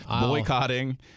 boycotting